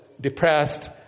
depressed